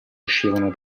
uscivano